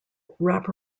wrap